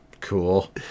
Cool